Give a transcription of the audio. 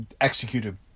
executed